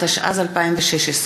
התשע"ז 2016,